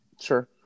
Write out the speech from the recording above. Sure